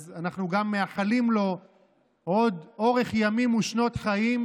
אז אנחנו גם מאחלים לו עוד אורך ימים ושנות חיים,